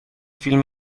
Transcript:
فیلم